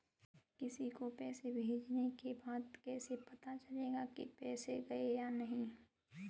किसी को पैसे भेजने के बाद कैसे पता चलेगा कि पैसे गए या नहीं?